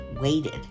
waited